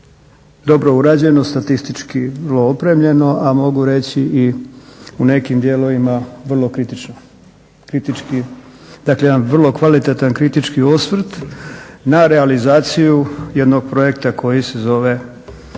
dobro urađeno, statistički vrlo opremljeno a mogu reći i u nekim dijelovima vrlo kritički. Dakle, jedan vrlo kvalitetan kritički osvrt na realizaciju jednog projekta koji se zove